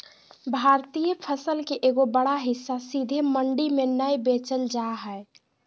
भारतीय फसल के एगो बड़ा हिस्सा सीधे मंडी में नय बेचल जा हय